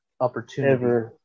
opportunity